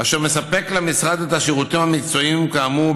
אשר מספק למשרד את השירותים המקצועיים כאמור,